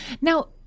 Now